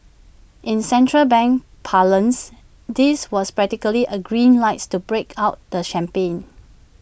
in central bank parlance this was practically A green lights to break out the champagne